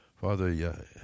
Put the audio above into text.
Father